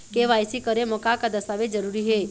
KYC करे म का का दस्तावेज जरूरी हे?